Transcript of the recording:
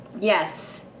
Yes